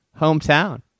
hometown